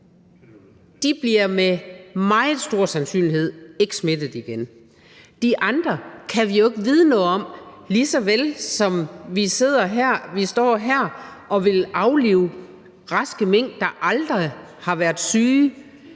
De bliver med meget stor sandsynlighed ikke smittet igen. De andre kan vi jo ikke vide noget om. Det gælder også i forhold til raske mink, som man står her og vil aflive; altså raske mink, der aldrig har været syge.